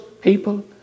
people